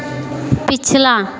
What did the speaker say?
पिछला